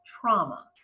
trauma